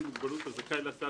זכאי להסעה